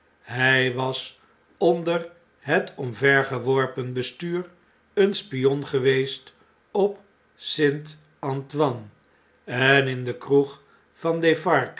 hy was onder het omvergeworpen bestuur een spion geweest op s t a n t o i n e en in de kroeg van